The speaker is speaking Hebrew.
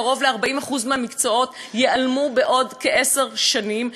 קרוב ל-40% מהמקצועות ייעלמו בעוד כעשר שנים,